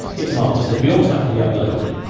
it's marvellous. they can be automatically uploaded.